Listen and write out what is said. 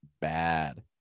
bad